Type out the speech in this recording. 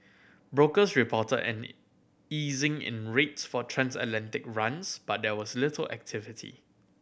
brokers reported an easing in rates for transatlantic runs but there was little activity